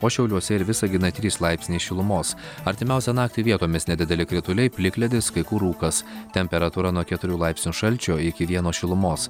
o šiauliuose ir visaginąe trys laipsniai šilumos artimiausią naktį vietomis nedideli krituliai plikledis kai kur rūkas temperatūra nuo keturių laipsnių šalčio iki vieno šilumos